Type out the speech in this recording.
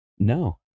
No